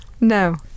No